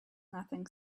nothing